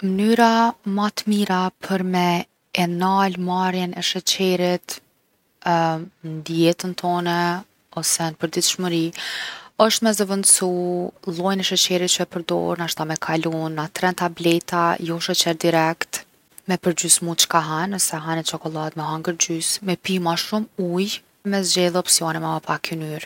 Mnyra ma t’mira për me e nal marrjen e sheqerit n’dietën tone ose n’përditshmëri osht me zëvëndsu llojin e sheqerit që e përdor, nashta me kalu n’natren tableta jo sheqer direkt. Me përgjysmu çka han, nëse han ni qokollad me haner gjys. Me pi ma shumë ujë, me zgjedh opsione me ma pak ynyr.